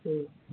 হুম